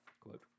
quote